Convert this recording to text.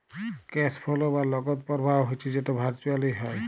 cash flow বা নগদ পরবাহ হচ্যে যেট ভারচুয়েলি হ্যয়